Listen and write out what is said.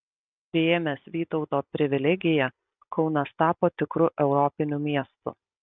priėmęs vytauto privilegiją kaunas tapo tikru europiniu miestu